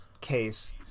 case